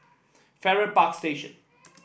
Farrer Park Station